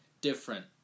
different